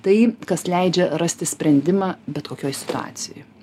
tai kas leidžia rasti sprendimą bet kokioj situacijoj